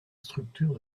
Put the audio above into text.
structure